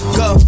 go